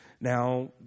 Now